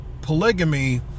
polygamy